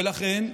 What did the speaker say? ולכן,